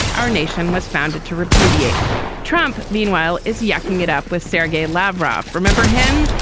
our nation was founded to repudiate trump. meanwhile, is yakking it up with sergei lavrov. remember him?